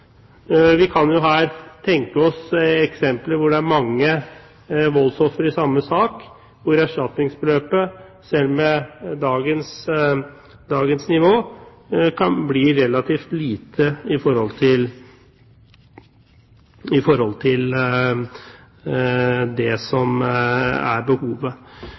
Vi kan her tenke oss eksempler hvor det er mange voldsofre i samme sak, hvor erstatningsbeløpet, selv med dagens nivå, kan bli relativt lite i forhold til det som er behovet.